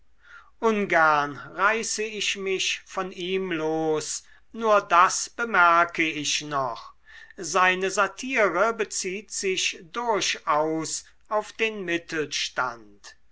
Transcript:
ungern reiße ich mich von ihm los nur das bemerke ich noch seine satire bezieht sich durchaus auf den mittelstand